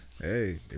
Hey